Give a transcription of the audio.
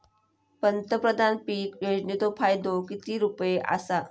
पंतप्रधान पीक योजनेचो फायदो किती रुपये आसा?